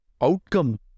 outcome